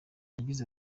yagize